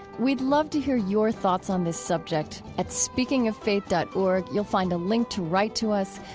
we'd love to hear your thoughts on this subject. at speakingoffaith dot org, you'll find a link to write to us.